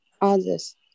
others